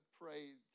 prayed